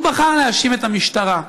הוא בחר להאשים את המשטרה.